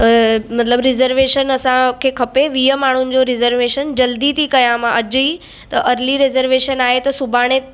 मतलबु रिजर्वेशन असांखे खपे वीह माण्हुनि जो रिजर्वेशन जल्दी थी कयां मां अॼु ई त अर्ली रिजर्वेशन आहे त सुभाणे